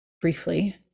briefly